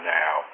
now